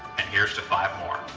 and here's to five more.